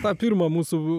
po pirmo mūsų